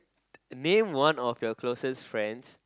name one of your closest friends